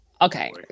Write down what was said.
okay